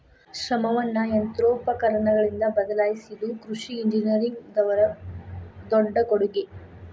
ಶ್ರಮವನ್ನಾ ಯಂತ್ರೋಪಕರಣಗಳಿಂದ ಬದಲಾಯಿಸಿದು ಕೃಷಿ ಇಂಜಿನಿಯರಿಂಗ್ ದವರ ದೊಡ್ಡ ಕೊಡುಗೆ